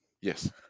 Yes